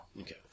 Okay